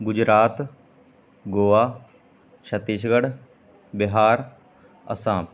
Gujarat Goa Chhattisgarh Bihar Assam